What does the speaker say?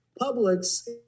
Publix